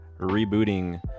rebooting